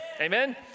Amen